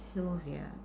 Sylvia